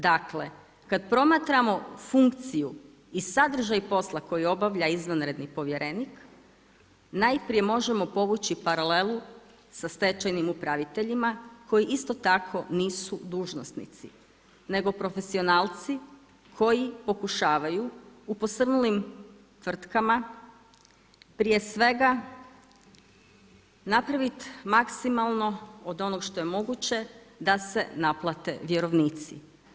Dakle kada promatramo funkciju i sadržaj posla koji obavlja izvanredni povjerenik najprije možemo povući paralelu sa stečajnim upraviteljima koji isto tako nisu dužnosnici nego profesionalci koji pokušavaju u posrnulim tvrtkama prije svega napraviti maksimalno od onog što je moguće da se naplate vjerovnici.